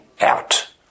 out